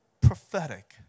prophetic